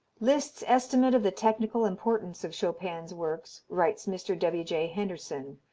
liszt's estimate of the technical importance of chopin's works, writes mr. w j. henderson,